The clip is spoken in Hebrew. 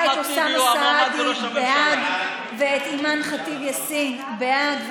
אוסאמה סעדי בעד ואת אימאן ח'טיב יאסין בעד,